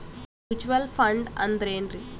Mutual fund ಅಂದ್ರೆನ್ರಿ?